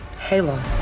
Halo